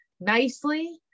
nicely